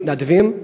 מתנדבים,